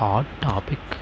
hot topic